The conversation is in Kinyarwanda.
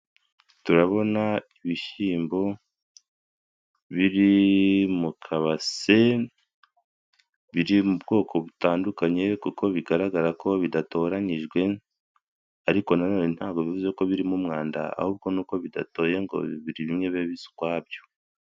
Turabona ibishyimbo biri mu mukabase biri mu bwoko butandukanye kuko bigaragara ko bidatoranyijwe ariko na none ntabwo bivuze ko birimo umwanda ahubwo ni uko bidatoye ngo bimwe bibe bisa ukwabyo.